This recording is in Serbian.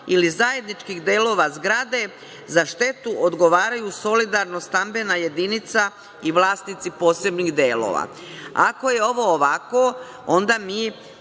ili zajedničkih delova zgrade, za štetu odgovaraju solidarno stambena jedinica i vlasnici posebnih delova“.Ako je ovo ovako, onda mi